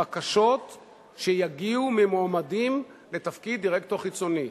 בקשות שיגיעו ממועמדים לתפקיד דירקטור חיצוני.